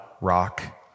rock